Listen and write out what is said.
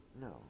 no